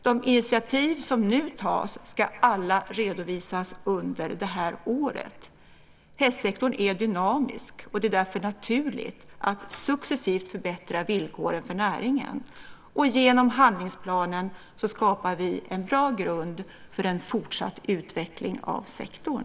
De initiativ som nu tas ska alla redovisas under det här året. Hästsektorn är dynamisk, och det är därför naturligt att successivt förbättra villkoren för näringen. Genom handlingsplanen skapar vi en bra grund för en fortsatt utveckling av sektorn.